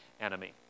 enemy